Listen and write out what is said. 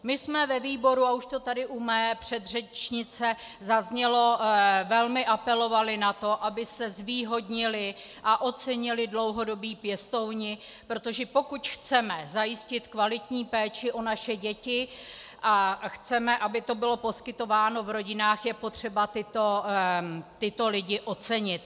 My jsme ve výboru, a už to tady u mé předřečnice zaznělo, velmi apelovali na to, aby se zvýhodnili a ocenili dlouhodobí pěstouni, protože pokud chceme zajistit kvalitní péči o naše děti a chceme, aby to bylo poskytováno v rodinách, je potřeba tyto lidi ocenit.